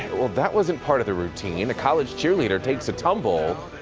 that wasn't part of the routine. a college cheerleader takes a tumble,